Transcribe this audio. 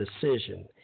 decision